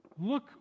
look